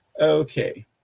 Okay